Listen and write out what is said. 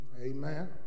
Amen